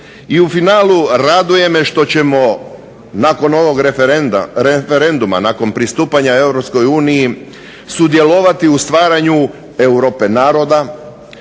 I u finalu, raduje me što ćemo nakon ovog referenduma, nakon pristupanja EU sudjelovati u stvaranju Europe naroda,